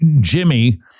Jimmy